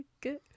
good